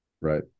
Right